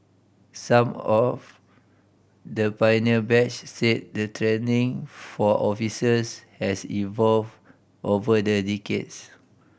some of the pioneer batch said the training for officers has evolved over the decades